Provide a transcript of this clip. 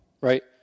right